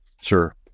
Sure